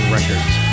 Records